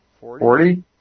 Forty